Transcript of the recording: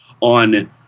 on